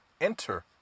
enter